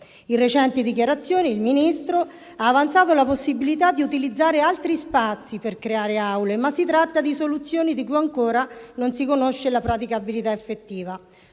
In recenti dichiarazioni il Ministro in indirizzo ha avanzato l'ipotesi di utilizzare altri spazi per creare aule, ma si tratta di soluzioni di cui ancora non si conosce la praticabilità effettiva.